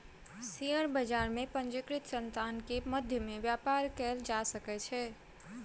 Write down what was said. share बजार में पंजीकृत संतान के मध्य में व्यापार कयल जा सकै छै